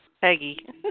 Peggy